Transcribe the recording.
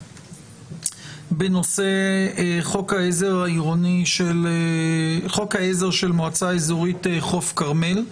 בנושא חוק העזר של מועצה אזורית חוף כרמל.